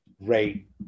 rate